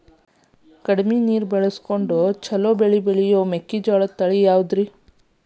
ಕಡಮಿ ನೇರಿನ್ಯಾಗಾ ಛಲೋ ಬೆಳಿ ಬೆಳಿಯೋ ಮೆಕ್ಕಿಜೋಳ ತಳಿ ಯಾವುದ್ರೇ?